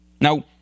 Now